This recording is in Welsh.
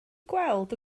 gweld